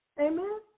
Amen